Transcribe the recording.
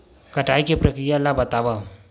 कटाई के प्रक्रिया ला बतावव?